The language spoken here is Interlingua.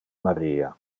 maria